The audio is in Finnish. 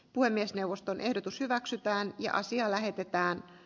puhemiesneuvoston ehdotus hyväksytään ja asia lähetetään